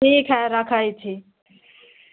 ठीक हय रखै छी